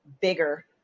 bigger